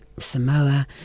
Samoa